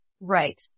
Right